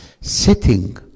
sitting